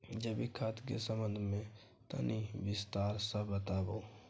जैविक खाद के संबंध मे तनि विस्तार स बताबू?